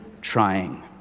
trying